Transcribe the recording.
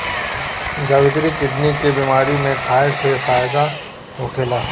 जावित्री किडनी के बेमारी में खाए से फायदा होखेला